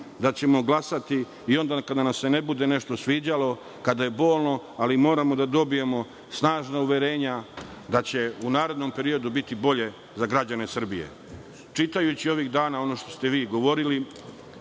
da ćemo glasati i onda kada nam se ne bude nešto sviđalo, kada je bolno, ali moramo da dobijemo snažna uverenja da će u narednom periodu biti bolje za građane Srbije. Čitajući ovih dana ono što ste vi govorili,